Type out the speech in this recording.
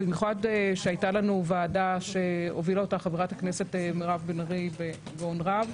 במיוחד שהייתה לנו ועדה שהובילה אותה חברת הכנסת מירב בן ארי בגאון רב,